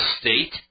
state